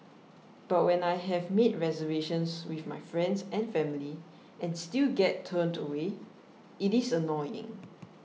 but when I have made reservations with my friends and family and still get turned away it is annoying